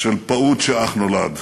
של פעוט שאך נולד.